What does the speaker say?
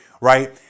right